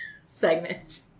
segment